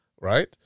right